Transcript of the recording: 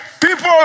People